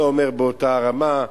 לא אומר באותה רמה,